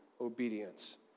obedience